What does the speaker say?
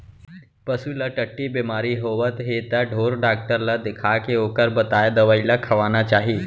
पसू ल टट्टी बेमारी होवत हे त ढोर डॉक्टर ल देखाके ओकर बताए दवई ल खवाना चाही